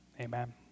amen